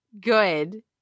good